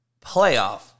playoff